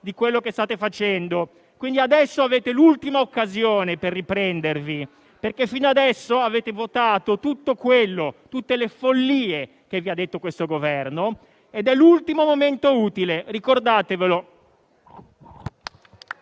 di quello che state facendo. Adesso avete l'ultima occasione per riprendervi, perché fino adesso avete votato tutte le follie che vi ha detto questo Governo. Questo è l'ultimo momento utile: ricordatevelo.